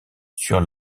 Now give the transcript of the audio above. sur